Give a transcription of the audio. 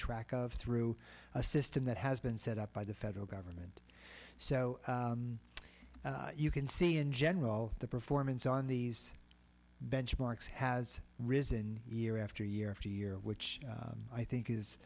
track of through a system that has been set up by the federal government so you can see in general the performance on these benchmarks has risen year after year after year which i think is